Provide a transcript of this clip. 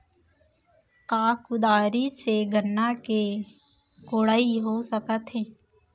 का कुदारी से गन्ना के कोड़ाई हो सकत हे?